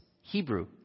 Hebrew